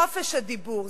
חופש הדיבור,